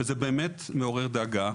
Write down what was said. זה באמת מעורר דאגה,